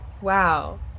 Wow